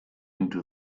into